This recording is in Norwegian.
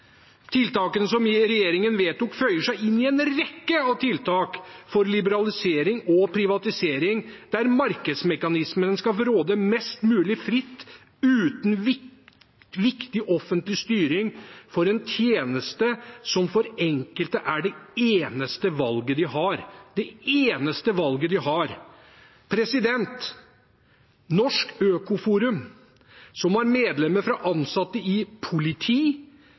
Tiltakene som regjeringen vedtok, føyer seg inn i en rekke av tiltak for liberalisering og privatisering, der markedsmekanismene skal få råde mest mulig fritt uten viktig offentlig styring for en tjeneste som for enkelte er det eneste valget de har – det eneste valget de har. Norsk Øko-Forum, som har medlemmer fra ansatte i politi,